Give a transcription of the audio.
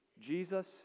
Jesus